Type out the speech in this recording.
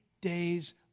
days